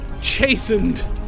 chastened